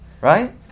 Right